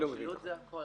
-- שילוט זה הכל.